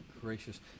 gracious